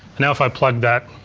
now if i plug that,